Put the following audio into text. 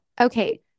okay